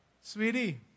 sweetie